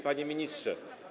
Panie Ministrze!